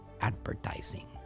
advertising